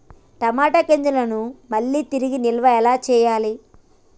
టమాట గింజలను మళ్ళీ తిరిగి నిల్వ ఎలా చేయాలి?